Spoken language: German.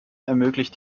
ermöglicht